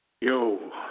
yo